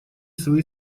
свои